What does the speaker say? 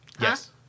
Yes